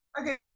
Okay